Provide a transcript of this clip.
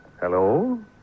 Hello